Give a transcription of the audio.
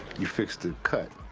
you fix the cut.